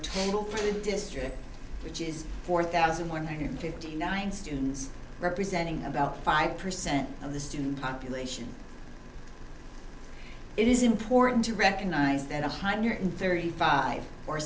table for the district which is four thousand one hundred fifty nine students representing about five percent of the student population it is important to recognize that one hundred thirty five or